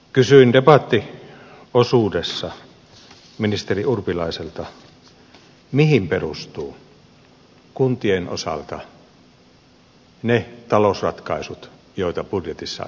kysyin debattiosuudessa ministeri urpilaiselta mihin perustuvat kuntien osalta ne talousratkaisut joita budjetissa esitetään